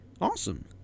Awesome